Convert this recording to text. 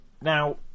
Now